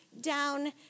down